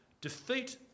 defeat